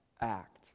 act